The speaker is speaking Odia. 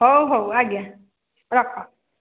ହଉ ହଉ ଆଜ୍ଞା ରଖ